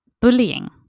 bullying